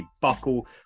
Buckle